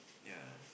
ya